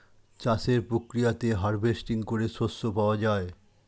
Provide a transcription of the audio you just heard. চাষের প্রক্রিয়াতে হার্ভেস্টিং করে শস্য পাওয়া যায়